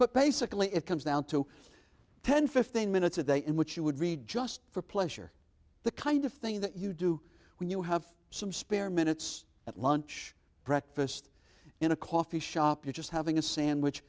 but basically it comes down to ten fifteen minutes a day in which you would read just for pleasure the kind of thing that you do when you have some spare minutes at lunch breakfast in a coffee shop just having a sandwich